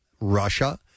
Russia